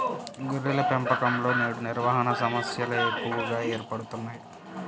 గొర్రెల పెంపకంలో నేడు నిర్వహణ సమస్యలు ఎక్కువగా ఏర్పడుతున్నాయి